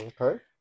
Okay